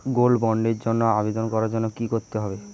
Gold বন্ডের জন্য আবেদন করার জন্য কি করতে হবে?